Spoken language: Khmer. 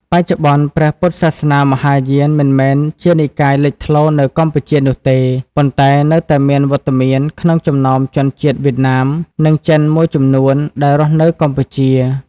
បច្ចុប្បន្ន ព្រះពុទ្ធសាសនាមហាយានមិនមែនជានិកាយលេចធ្លោនៅកម្ពុជានោះទេ ប៉ុន្តែនៅតែមានវត្តមានក្នុងចំណោមជនជាតិវៀតណាម និងចិនមួយចំនួនដែលរស់នៅកម្ពុជា។